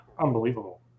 unbelievable